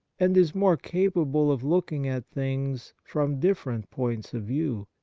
and is more capable of looking at things from different points of view.